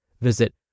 Visit